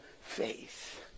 faith